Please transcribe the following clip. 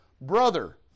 brother